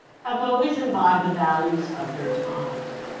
have always imbibed the values of their times,